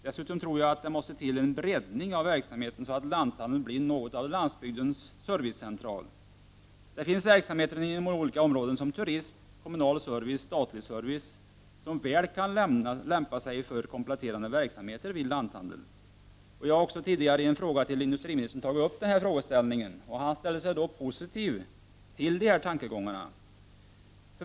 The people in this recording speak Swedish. Dessutom tror jag att det måste till en breddning av verksamheten så att lanthandeln blir något av landsbygdens servicecentral. Det finns verksamhet inom olika områden såsom turism, kommunal service och statlig service som väl kan lämpa sig för kompletterande verksamhet hos lanthandeln. I en tidigare fråga till industriministern har jag tagit upp denna frågeställning. Han ställde sig positiv till tankegången.